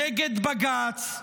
נגד בג"ץ,